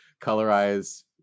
Colorize